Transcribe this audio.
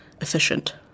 efficient